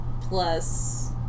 plus